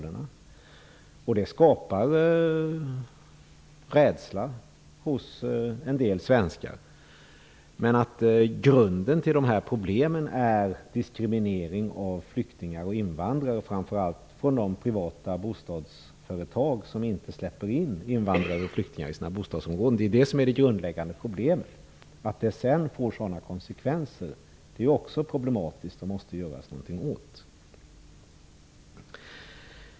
Det skapar rädsla hos en del svenskar. Men grunden till de här problemen är diskriminering av flyktingar och invandrare, framför allt bedriven av de privata bostadsföretag som inte släpper in invandrare och flyktingar i sina bostadsområden. Det är det grundläggande problemet. Att det sedan får sådana konsekvenser är också problematiskt och måste göras någonting åt.